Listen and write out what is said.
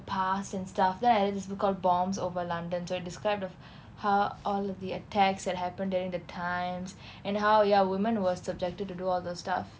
past and stuff then I read this book called bombs over london so it described of how all of the attacks that happened during the times and how ya women were subjected to do all the stuff